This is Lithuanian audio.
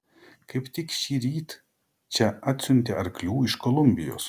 kaip tik šįryt čia atsiuntė arklių iš kolumbijos